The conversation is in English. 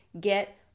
get